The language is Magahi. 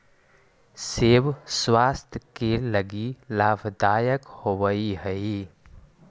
सेब स्वास्थ्य के लगी लाभदायक होवऽ हई